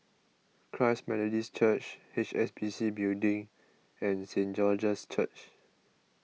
Christ Methodist Church H S B C Building and Saint George's Church